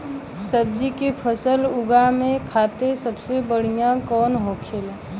सब्जी की फसल उगा में खाते सबसे बढ़ियां कौन होखेला?